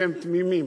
שהם תמימים.